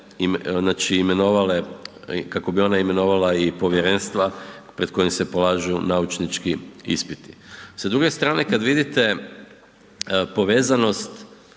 znači imenovale, kako bi ona imenovala i povjerenstva pred kojim se polažu naučnički ispiti. Sa druge strane kad vidite povezanost